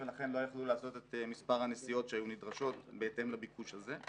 ולכן לא יכלו לעשות את מספר הנסיעות שהיו נדרשות בהתאם לביקוש הזה.